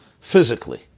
physically